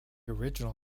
original